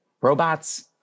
robots